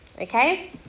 Okay